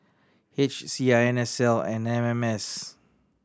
H C I N S L and M M S